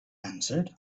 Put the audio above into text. answered